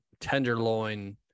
tenderloin